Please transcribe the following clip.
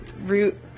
root